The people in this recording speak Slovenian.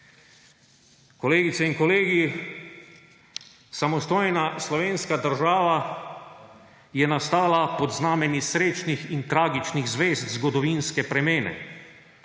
Kolegice in kolegi, samostojna slovenska država je nastala pod znamenji srečnih in tragičnih zvezd zgodovinske premene.